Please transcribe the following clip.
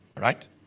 Right